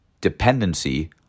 dependency